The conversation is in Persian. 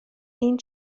این